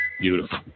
Beautiful